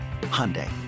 Hyundai